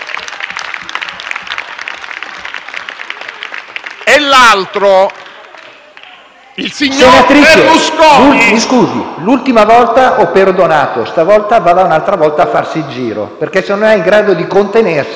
l'altro, il signor Berlusconi...